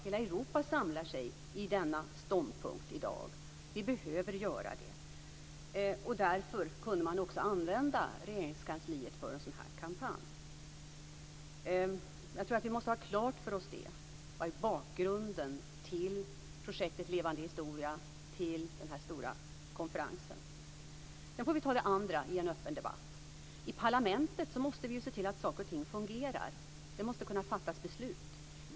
Hela Europa samlar sig i denna ståndpunkt i dag. Vi behöver göra det. Därför kunde man också använda Regeringskansliet för en sådan här kampanj. Jag tror att vi måste ha klart för oss vad som är bakgrunden till projektet Levande historia och till den här stora konferensen. Sedan får vi ta det andra i en öppen debatt. I parlamentet måste vi se till att saker och ting fungerar, att beslut kan fattas.